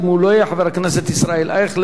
ואם הוא לא יהיה, חבר הכנסת ישראל אייכלר.